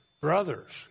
brothers